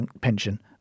pension